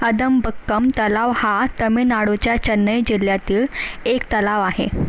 अदंबक्कम तलाव हा तमिळनाडूच्या चेन्नई जिल्ह्यातील एक तलाव आहे